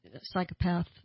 psychopath